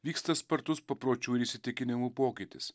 vyksta spartus papročių ir įsitikinimų pokytis